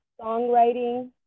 songwriting